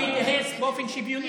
קטעת אותי, כי ידעת איפה לקטוע אותי.